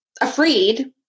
afraid